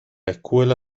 escuela